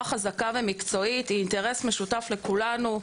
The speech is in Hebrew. חזקה ומקצועית היא אינטרס משותף לכולנו,